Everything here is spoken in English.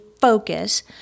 focus